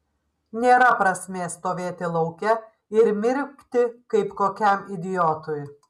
nėra prasmės stovėti lauke ir mirkti kaip kokiam idiotui